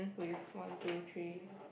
with one two three